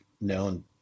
known